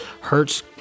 Hurts